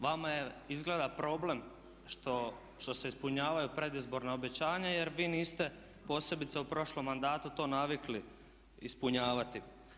Vama je izgleda problem što se ispunjavaju predizborna obećanja jer vi niste posebice u prošlom mandatu to navikli ispunjavati.